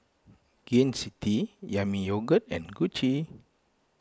Gain City Yami Yogurt and Gucci